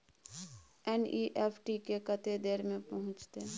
NEFT कत्ते देर में पहुंचतै?